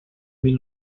mil